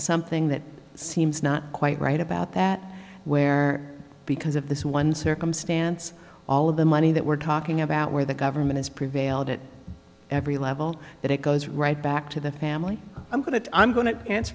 something that seems not quite right about that where because of this one circumstance all of the money that we're talking about where the government has prevailed at every level that it goes right back to the family i'm going to i'm go